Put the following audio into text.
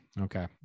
okay